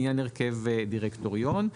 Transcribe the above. לעניין הרכב דירקטוריון.